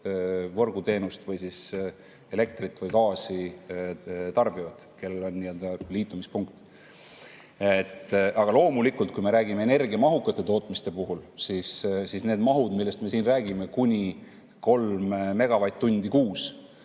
võrguteenust, elektrit või gaasi tarbivad, kellel on nii-öelda liitumispunkt. Aga loomulikult, me [ei räägi] energiamahukatest tootmistest. Need mahud, millest me siin räägime, kuni kolm megavatt-tundi kuus,